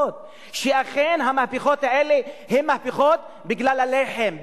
שאכן המהפכות האלה הן מהפכות בגלל הלחם,